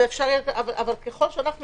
אבל ככל שאנו יודעים,